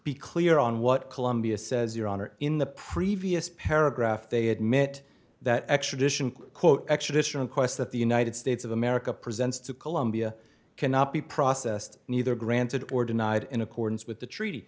be clear on what colombia says your honor in the previous paragraph they admit that extradition quote extradition requests that the united states of america presents to colombia cannot be processed neither granted or denied in accordance with the treaty